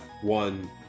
one